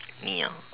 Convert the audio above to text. me ah